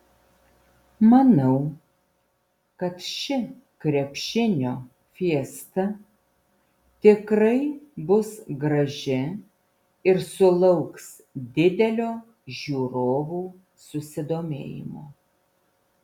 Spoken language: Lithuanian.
manau kad ši krepšinio fiesta tikrai bus graži ir sulauks didelio žiūrovų susidomėjimo